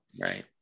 Right